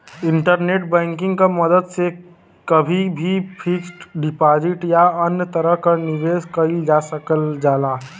internet banking क मदद से कभी भी फिक्स्ड डिपाजिट या अन्य तरह क निवेश कइल जा सकल जाला